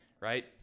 right